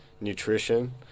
nutrition